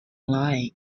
line